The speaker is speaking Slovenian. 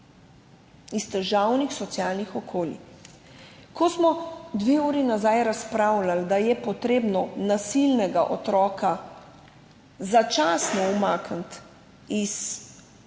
Iz težavnih socialnih okolij. Ko smo dve uri nazaj razpravljali, da je potrebno nasilnega otroka začasno umakniti iz razreda in